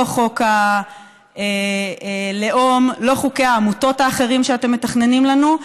לא חוק הלאום ולא חוקי העמותות האחרים שאתם מתכננים לנו,